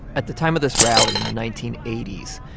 at the time of this rally in the nineteen eighty s,